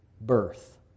birth